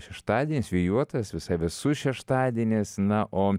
šeštadienis vėjuotas visai vėsus šeštadienis na o